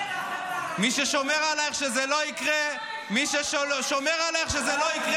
מי ששומר עלייך שזה לא יקרה --- אני רוצה לשאול אותך שאלה,